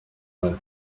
ali